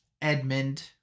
Edmund